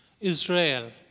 Israel